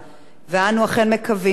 ואנו אכן מקווים שהכנסת